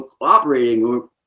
operating